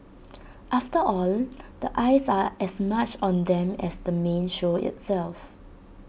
after all the eyes are as much on them as the main show itself